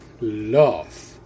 love